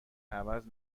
عوض